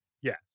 yes